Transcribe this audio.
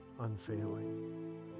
unfailing